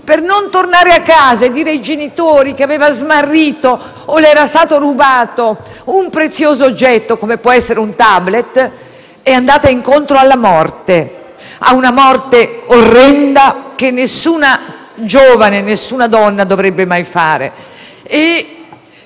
per non tornare a casa e dire ai genitori che aveva smarrito o le era stato rubato un prezioso oggetto, come può essere un *tablet*, è andata incontro alla morte; a una morte orrenda, che nessuna giovane, nessuna donna dovrebbe mai fare.